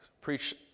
preach